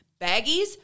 baggies